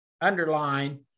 underline